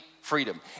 freedom